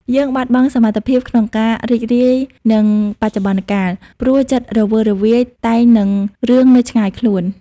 យើងបាត់បង់សមត្ថភាពក្នុងការ "រីករាយនឹងបច្ចុប្បន្នកាល" ព្រោះចិត្តរវើរវាយតែងនឹងរឿងនៅឆ្ងាយខ្លួន។